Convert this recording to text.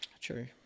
True